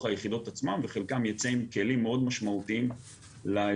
היחידות עצמן וחלקם ייצא עם כלים מאוד משמעותיים לאזרחות,